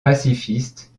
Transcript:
pacifiste